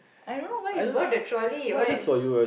I don't know why you bought the trolley why